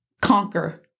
conquer